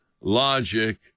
logic